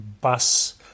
bus